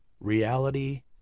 reality